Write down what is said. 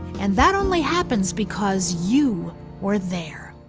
and that only happens, because you were there.